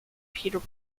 peter